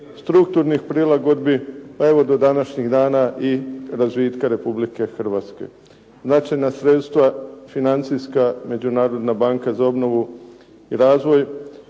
strukturnih prilagodbi, pa evo do današnjih dana i razvitka Republike Hrvatske. Značajna sredstva financijska Međunarodna banka za obnovu i razvoj